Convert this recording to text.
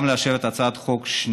גם לאשר את הצעת החוק השנייה,